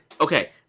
okay